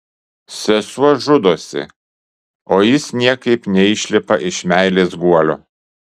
sesuo žudosi o jis niekaip neišlipa iš meilės guolio